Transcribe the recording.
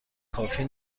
کافی